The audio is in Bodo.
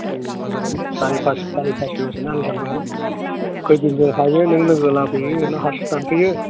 सारि पास बिगासो आलि दाननांगौ खैदिनजों हायो नों लोगो लाबोयो ना हारसिं दानफैयो